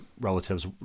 relative's